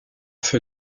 feu